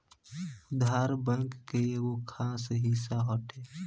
उधार, बैंक के एगो खास हिस्सा हटे